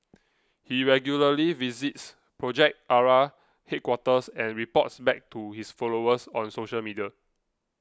he regularly visits Project Ara headquarters and reports back to his followers on social media